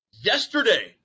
Yesterday